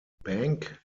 bankcard